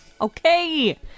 Okay